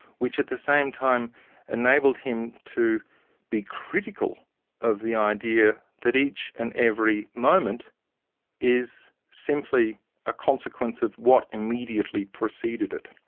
which at the same time enabled him to be critical of the idea that each and every moment is simply a consequence of what immediately preceded it.